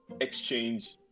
exchange